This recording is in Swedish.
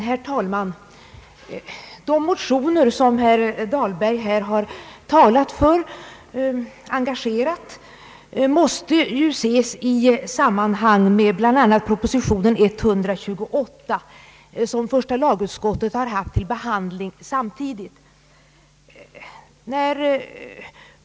Herr talman! De motioner som herr Dahlberg här har talat för så engagerat måste ses i sammanhang med bl.a. proposition nr 128 som första lagutskottet har haft till behandling samtidigt med motionerna.